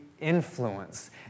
influence